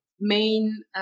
main